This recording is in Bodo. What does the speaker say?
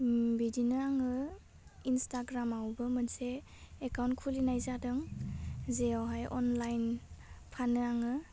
ओम बिदिनो आङो इनस्टाग्रामावबो मोनसे एकाउन्ट खुलिनाय जादों जेआवहाय अनलाइन फानो आङो